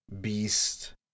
beast